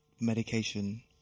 medication